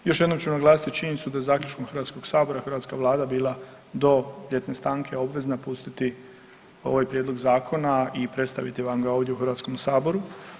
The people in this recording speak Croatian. Još jednom ću naglasiti činjenicu da je zaključkom Hrvatskog sabora, hrvatska Vlada bila do ljetne stanke obvezna pustiti ovaj prijedlog zakona i predstaviti vam ga ovdje u Hrvatskom saboru.